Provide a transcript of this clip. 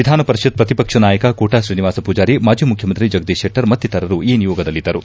ವಿಧಾನಪರಿಷತ್ ಪ್ರತಿಪಕ್ಷ ನಾಯಕ ಕೋಟಾ ಶ್ರೀನಿವಾಸ ಪೂಜಾರಿ ಮಾಜೆ ಮುಖ್ಯಮಂತ್ರಿ ಜಗದೀಶ್ ಶೆಟ್ಟರ್ ಮತ್ತಿತರರು ಈ ನಿಯೋಗದಲ್ಲಿದ್ದರು